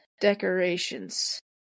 decorations